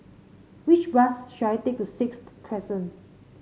which bus should I take to Sixth Crescent